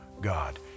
God